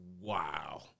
wow